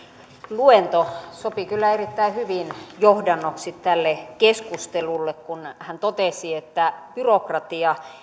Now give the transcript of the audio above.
luento sopi kyllä erittäin hyvin johdannoksi tälle keskustelulle kun hän totesi että byrokratia